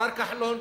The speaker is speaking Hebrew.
השר כחלון